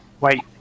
Wait